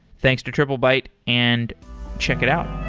thanks to triplebyte, and check it out.